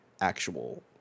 actual